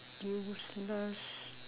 useless